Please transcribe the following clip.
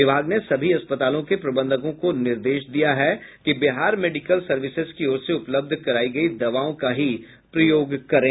विभाग ने सभी अस्पतालों के प्रबंधकों को निर्देश दिया है कि बिहार मेडिक्ल सर्विसेज की ओर से उपलब्ध करायी गयी दवाओं का ही प्रयोग करें